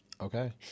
Okay